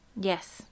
Yes